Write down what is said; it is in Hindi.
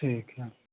ठीक है